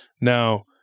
Now